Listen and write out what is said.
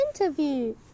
interview